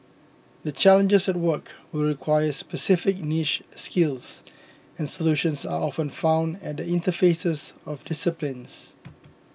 the challenges at work will require specific niche skills and solutions are often found at the interfaces of disciplines